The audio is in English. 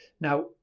Now